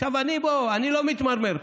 בואו, אני לא מתמרמר.